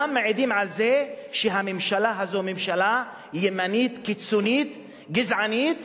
כולם מעידים על זה שהממשלה הזאת היא ממשלה ימנית קיצונית גזענית